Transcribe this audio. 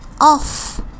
off